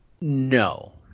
No